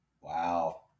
wow